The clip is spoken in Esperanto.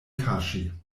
kaŝi